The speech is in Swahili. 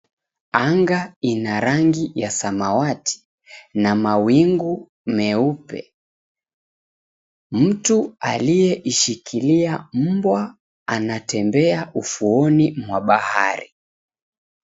Anga ina rangi ya samawati na mawingu meupe. Mtu aliyeishikilia mbwa anatembea ufuoni mwa bahari.